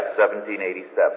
1787